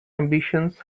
ambitions